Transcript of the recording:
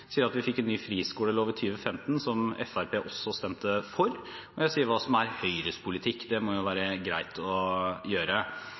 sier at vi fikk en ny friskolelov i 2015, som Fremskrittspartiet også stemte for, og jeg sier hva som er Høyres politikk. Det må jo være greit å gjøre.